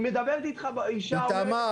מדברת איתך אישה ואומרת שיש 300 כלים --- איתמר,